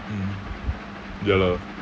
mm ya lah